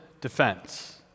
defense